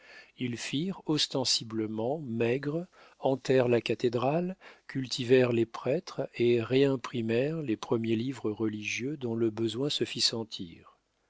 ils firent ostensiblement maigre hantèrent la cathédrale cultivèrent les prêtres et réimprimèrent les premiers livres religieux dont le besoin se fit sentir